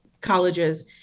colleges